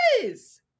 yes